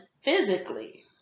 physically